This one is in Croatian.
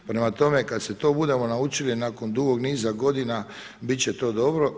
Prema tome, kad se to budemo naučili nakon dugog niza godina bit će to dobro.